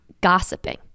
gossiping